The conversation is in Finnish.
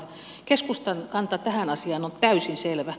keskustan kanta tähän asiaan on täysin selvä